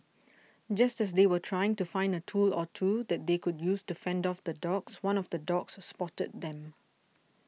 just as they were trying to find a tool or two that they could use to fend off the dogs one of the dogs spotted them